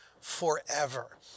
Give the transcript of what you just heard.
forever